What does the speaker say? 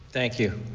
thank you.